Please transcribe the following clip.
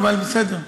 אבל בסדר.